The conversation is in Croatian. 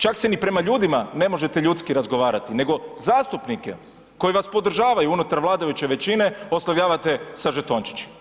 Čak se ni prema ljudima ne možete ljudski razgovarati, nego zastupnike koji vas podržavaju unutar vladajuće većine oslovljavate sa žetončići.